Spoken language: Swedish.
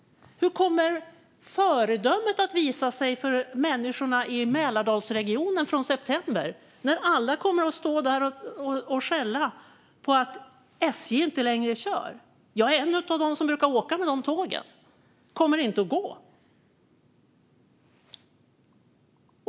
Hur kommer föredömet att visa sig för människorna i Mälardalsregionen från september när alla kommer att stå där och skälla på att SJ inte längre kör? Jag är en av dem som brukar åka med dessa tåg, men de kommer inte att gå.